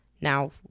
Now